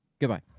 Goodbye